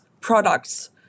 products